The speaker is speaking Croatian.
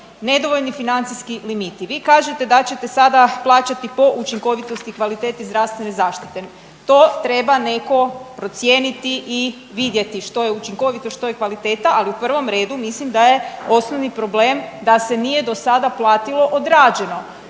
nedovoljni financijski limiti. Vi kažete da ćete sada plaćati po učinkovitosti i kvaliteti zdravstvene zaštite. To treba netko procijeniti i vidjeti što je učinkovito, što je kvaliteta, ali u prvom redu mislim da je osnovni problem da se nije do sada platilo odrađeno.